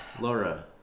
Laura